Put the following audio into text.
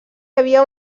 havia